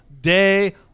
day